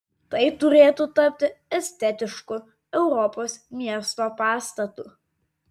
tai turėtų tapti estetišku europos miesto pastatu